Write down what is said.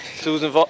Susan